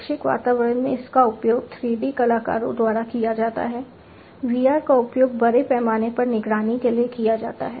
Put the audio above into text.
शैक्षिक वातावरण में इसका उपयोग 3D कलाकारों द्वारा किया जाता है VR का उपयोग बड़े पैमाने पर निगरानी के लिए किया जाता है